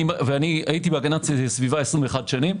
והייתי בהגנת סביבה 21 שנים.